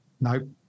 No